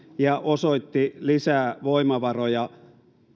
ja osoitti lisää voimavaroja